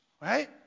right